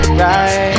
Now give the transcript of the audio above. right